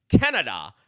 Canada